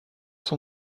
son